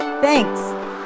Thanks